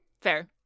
fair